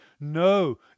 No